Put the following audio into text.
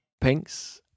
Pink's